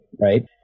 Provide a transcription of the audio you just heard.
Right